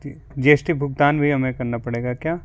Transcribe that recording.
जी G S T भुगतान भी हमें करना पड़ेगा क्या